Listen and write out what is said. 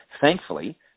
Thankfully